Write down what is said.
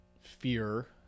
fear